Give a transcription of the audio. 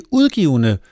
udgivende